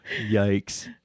Yikes